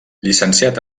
llicenciat